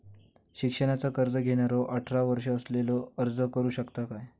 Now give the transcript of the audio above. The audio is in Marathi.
शिक्षणाचा कर्ज घेणारो अठरा वर्ष असलेलो अर्ज करू शकता काय?